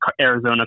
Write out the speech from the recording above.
Arizona